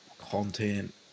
content